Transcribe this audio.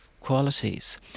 qualities